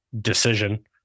decision